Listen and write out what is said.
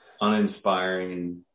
uninspiring